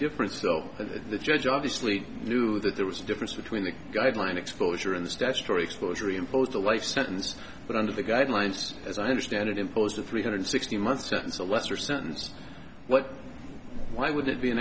difference though that the judge obviously knew that there was a difference between the guideline exposure and the statutory exposure imposed a life sentence but under the guidelines as i understand it imposed a three hundred sixty month sentence a lesser sentence but why would it be an